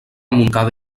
montcada